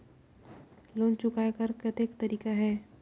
Loan चुकाय कर कतेक तरीका है?